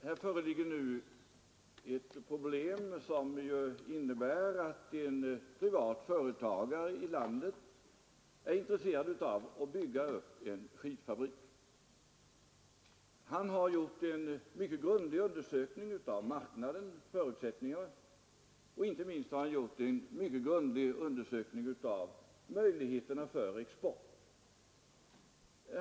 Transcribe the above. Herr talman! Här föreligger en situation som innebär att en privatföretagare i landet är intresserad av att bygga upp en skidfabrik. Han har gjort en mycket grundlig undersökning av förutsättningarna på marknaden, och inte minst har han gjort en grundlig undersökning av möjligheterna för export.